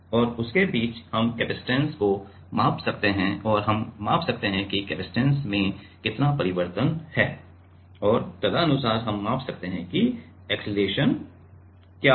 और उनके बीच हम कपसिटंस को माप सकते हैं और हम माप सकते हैं कि कपसिटंस में कितना परिवर्तन है और तदनुसार हम माप सकते हैं कि अक्सेलरेशन क्या है